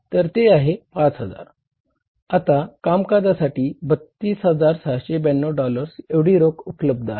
आता कामकाजासाठी 32692 डॉलर्स एवढी रोख उपलब्ध आहे